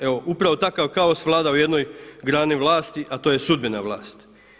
Evo upravo takav kaos vlada u jednoj grani vlasti, a to je sudbena vlast.